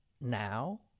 now